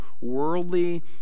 worldly